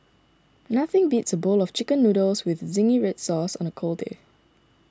nothing beats a bowl of Chicken Noodles with Zingy Red Sauce on a cold day